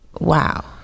wow